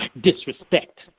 disrespect